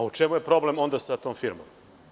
U čemu je problem onda sa tom firmom?